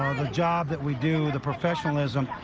the job that we do, the professionalism,